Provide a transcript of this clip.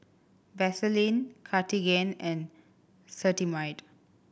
Vaselin Cartigain and Cetrimide